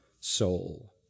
soul